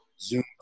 Zoom